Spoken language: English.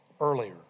earlier